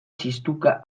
txistuka